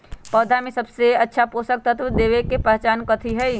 पौधा में अच्छा पोषक तत्व देवे के पहचान कथी हई?